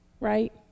right